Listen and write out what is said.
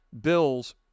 Bills